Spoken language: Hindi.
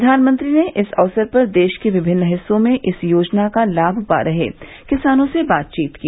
प्रधानमंत्री ने इस अवसर पर देश के विभिन्न हिस्सों में इस योजना का लाभ पा रहे किसानों से बातचीत की